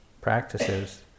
practices